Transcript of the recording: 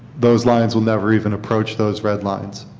those lines will never even approached those red lines.